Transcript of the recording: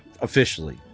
officially